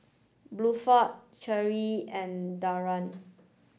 Bluford Cherie and Daria